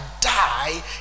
die